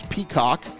Peacock